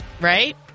Right